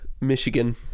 Michigan